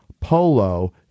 polo